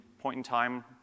point-in-time